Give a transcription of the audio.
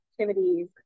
activities